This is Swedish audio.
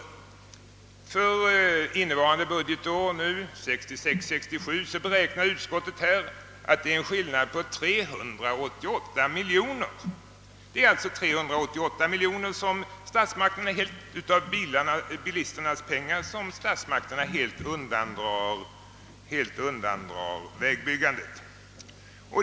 För budgetåret 1966/67 beräknar utskottet att det föreligger en skillnad på 388 miljoner, som alltså statsmakterna av bilisternas pengar helt undandrar vägbyggandet.